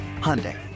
Hyundai